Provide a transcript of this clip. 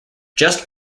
just